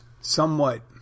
somewhat